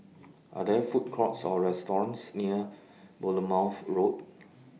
Are There Food Courts Or restaurants near Bournemouth Road